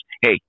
hey